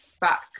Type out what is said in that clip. back